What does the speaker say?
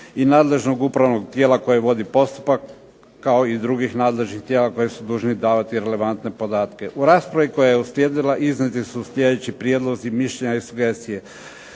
i nadležnog upravnog tijela koje vodi postupak kao i drugih nadležnih tijela koja su dužni davati relevantne podatke. U raspravi koja je uslijedila iznijeti su sljedeći prijedlozi, mišljenja i sugestije.